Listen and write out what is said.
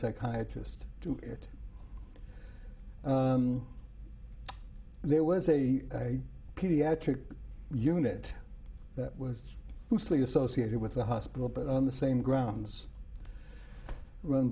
psychiatry just do it there was a pediatric unit that was loosely associated with the hospital but on the same grounds run